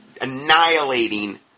annihilating